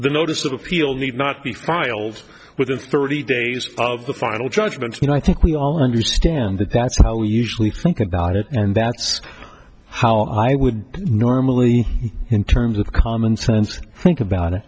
the notice of appeal need not be filed within thirty days of the final judgment and i think we all understand that that's how we usually think about it and that's how i would normally in terms of common sense think about it